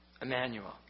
Emmanuel